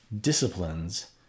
disciplines